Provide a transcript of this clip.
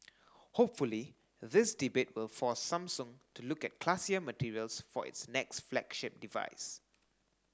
hopefully this debate will force Samsung to look at classier materials for its next flagship device